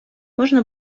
можна